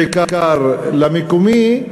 בעיקר למקומי,